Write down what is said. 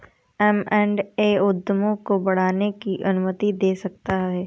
M and A उद्यमों को बढ़ाने की अनुमति दे सकता है